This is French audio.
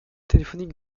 téléphonique